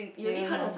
they won't know